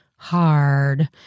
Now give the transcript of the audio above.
hard